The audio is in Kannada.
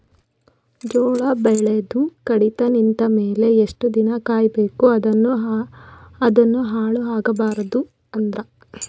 ಜೋಳ ಬೆಳೆದು ಕಡಿತ ನಿಂತ ಮೇಲೆ ಎಷ್ಟು ದಿನ ಕಾಯಿ ಬೇಕು ಅದನ್ನು ಹಾಳು ಆಗಬಾರದು ಅಂದ್ರ?